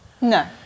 No